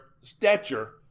stature